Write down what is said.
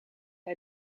hij